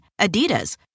Adidas